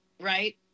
right